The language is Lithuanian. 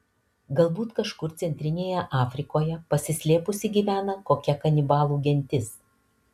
galbūt kažkur centrinėje afrikoje pasislėpusi gyvena kokia kanibalų gentis